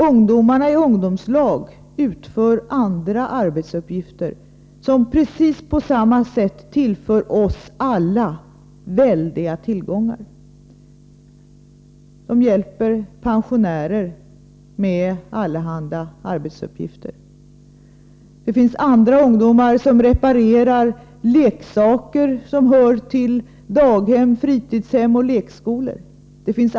Ungdomarna i ungdomslagen utför andra arbetsuppgifter som precis på samma sätt tillför oss alla väldiga tillgångar. De hjälper pensionärer med allehanda arbetsuppgifter. Andra ungdomar reparerar leksaker som hör till daghem, fritidshem och lekskolor.